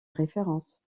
référence